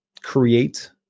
create